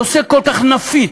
נושא כל כך נפיץ,